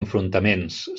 enfrontaments